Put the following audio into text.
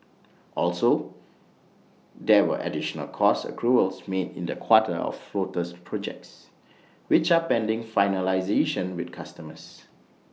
also there were additional cost accruals made in the quarter for floater projects which are pending finalisation with customers